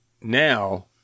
now